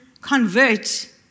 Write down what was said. convert